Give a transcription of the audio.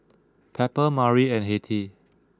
Pepper Mari and Hettie